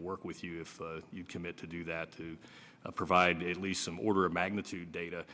to work with you if you commit to do that to provide at least some order of magnitude data